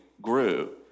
grew